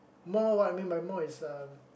more what I mean by more is uh